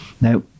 now